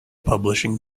publishing